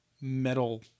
metal